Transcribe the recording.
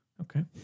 Okay